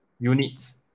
units